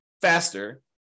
faster